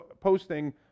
posting